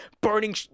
burning